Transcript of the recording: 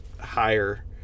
higher